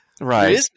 right